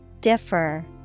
Differ